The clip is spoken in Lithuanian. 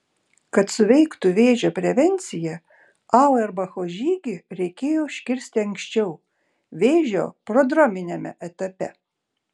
kad suveiktų vėžio prevencija auerbacho žygį reikėjo užkirsti anksčiau vėžio prodrominiame etape